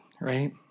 right